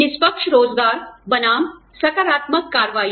निष्पक्ष रोज़गार बनाम सकारात्मक कार्रवाई